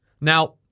Now